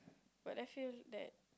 but I feel that